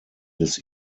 des